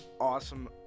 awesome